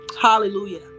hallelujah